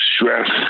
stress